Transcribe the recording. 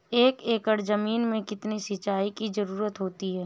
एक एकड़ ज़मीन में कितनी सिंचाई की ज़रुरत होती है?